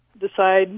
Decide